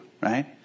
right